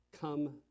come